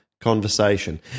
conversation